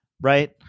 right